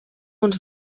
uns